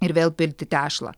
ir vėl pilti tešlą